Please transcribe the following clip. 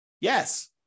Yes